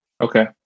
okay